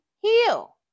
heal